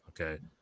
Okay